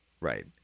Right